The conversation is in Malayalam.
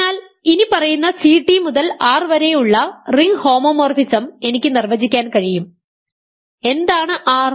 അതിനാൽ ഇനിപ്പറയുന്ന Ct മുതൽ ആർ വരെ ഉള്ള റിംഗ് ഹോമോമോർഫിസം എനിക്ക് നിർവചിക്കാൻ കഴിയും എന്താണ് R